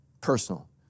Personal